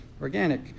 organic